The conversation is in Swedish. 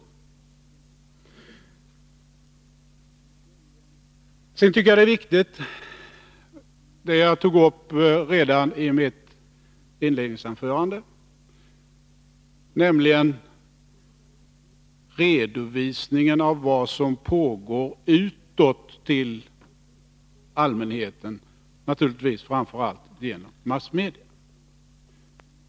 Jag tycker också att det som jag tog upp redan i mitt inledningsanförande är viktigt, nämligen redovisningen för allmänheten, naturligtvis framför allt för massmedia, av vad som pågår.